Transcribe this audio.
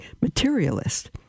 materialist